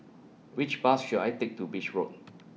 Which Bus should I Take to Beach Road